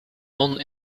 non